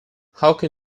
hauke